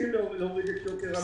רוצים להוריד את יוקר המחיה,